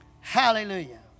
Hallelujah